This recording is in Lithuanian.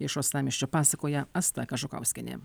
iš uostamiesčio pasakoja asta kažukauskienė